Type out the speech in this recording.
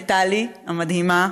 אני רוצה להוסיף מילה ממני לטלי המדהימה,